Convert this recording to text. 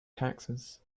taxes